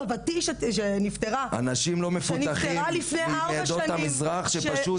סבתי שנפטרה לפני ארבע שנים -- אנשים לא מפותחים מעדות המזרח שפשוט,